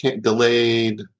delayed